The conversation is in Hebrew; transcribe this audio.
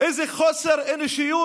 איזה חוסר אנושיות?